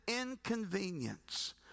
inconvenience